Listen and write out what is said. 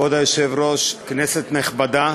כבוד היושב-ראש, כנסת נכבדה,